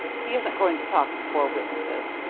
he isn't going to talk before witnesses,